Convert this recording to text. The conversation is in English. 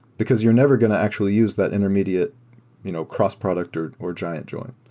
because you're never going to actually use that intermediate you know cross-product or or giant join.